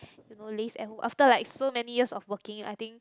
you know live and after like so many years of working I think